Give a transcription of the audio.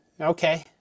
Okay